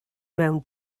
mewn